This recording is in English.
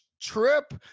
trip